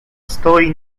stoi